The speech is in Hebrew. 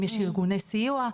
אם יש ארגוני סיוע,